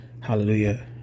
hallelujah